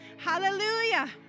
Hallelujah